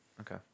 Okay